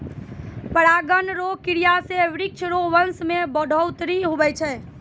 परागण रो क्रिया से वृक्ष रो वंश मे बढ़ौतरी हुवै छै